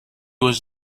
was